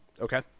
Okay